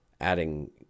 adding